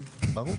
ברור.